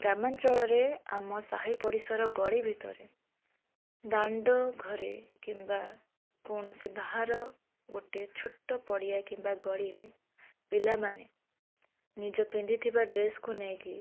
ଗ୍ରାମାଞ୍ଚଳରେ ଆମ ସାହି ପଡ଼ିଶାର ଗଳି ଭିତରେ ଦାଣ୍ଡ ଘରେ କିମ୍ବା କୌଣସି ବାହାର ଗୋଟେ ଛୋଟ ପଡ଼ିଆ କିମ୍ବା ଗଳିରେ ପିଲାମାନେ ନିଜ ପିନ୍ଧିଥିବା ଡ୍ରେସ୍କୁ ନେଇକି